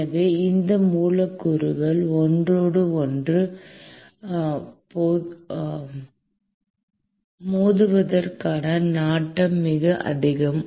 எனவே இந்த மூலக்கூறுகள் ஒன்றோடு ஒன்று மோதுவதற்கான நாட்டம் மிக அதிகம்